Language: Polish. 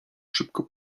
szybko